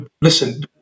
listen